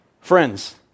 Friends